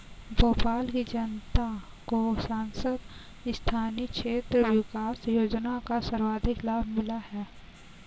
भोपाल की जनता को सांसद स्थानीय क्षेत्र विकास योजना का सर्वाधिक लाभ मिला है